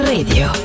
Radio